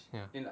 ya